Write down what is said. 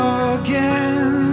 again